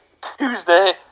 Tuesday